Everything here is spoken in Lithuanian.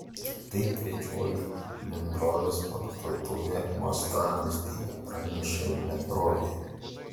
tai trečioji bendrovės parduotuvė uostamiestyje pranešė bendrovė